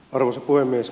arvoisa puhemies